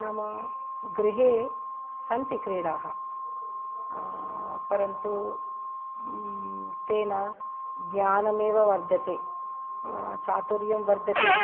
नाम गृहे सन्ति क्रीडाः परन्तु तेन ज्ञानमेव वर्धते चातुर्यं वर्धते